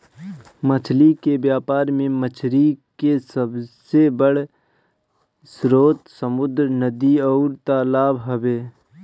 मछली के व्यापार में मछरी के सबसे बड़ स्रोत समुंद्र, नदी अउरी तालाब हवे